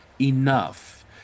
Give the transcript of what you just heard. enough